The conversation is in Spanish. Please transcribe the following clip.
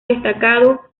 destacado